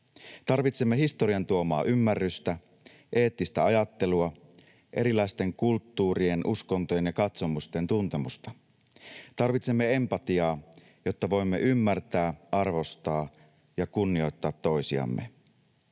Tarvitsemme historian tuomaa ymmärrystä, eettistä ajattelua, erilaisten kulttuurien, uskontojen ja katsomusten tuntemusta. Tarvitsemme empatiaa, jotta voimme ymmärtää, arvostaa ja kunnioittaa toisiamme.